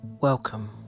Welcome